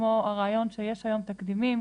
כמו הרעיון שיש היום תקדימים,